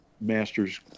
masters